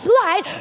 light